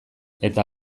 eta